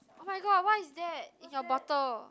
oh-my-god what is that in your bottle